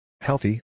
Healthy